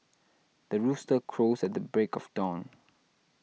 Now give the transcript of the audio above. the rooster crows at the break of dawn